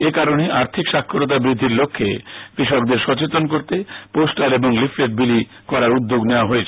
এ কারণে আর্থিক স্বাক্ষরতা বৃদ্ধির লক্ষ্যে কৃষকদের সচেতন করতে পোস্টার ও লিফলেট বিলি করার উদ্যোগ নেওয়া হয়েছে